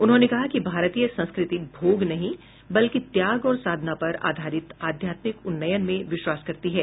उन्होंने कहा कि भारतीय संस्कृति भोग नहीं बल्कि त्याग और साधना पर आधारित आध्यात्मिक उन्नयन में विश्वास करती है